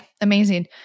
amazing